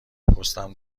پستم